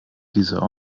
dieser